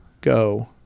go